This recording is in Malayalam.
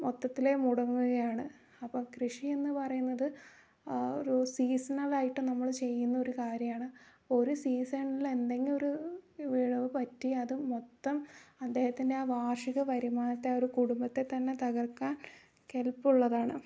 മൊത്തത്തിലേ മുടങ്ങുകയാണ് അപ്പം കൃഷി എന്നു പറയുന്നത് ഒരു സീസണൽ ആയിട്ട് നമ്മൾ ചെയ്യുന്ന ഒരു കാര്യമാണ് ഒരു സീസണിലെ എന്തെങ്കിലും ഒരു പിഴവ് പറ്റി അത് മൊത്തം അദ്ദേഹത്തിൻ്റെ ആ വാർഷിക വരുമാനത്തെ ആ ഒരു കുടുംബത്തെ തന്നെ തകർക്കാൻ കെൽപ്പുള്ളതാണ്